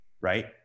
right